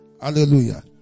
Hallelujah